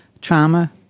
trauma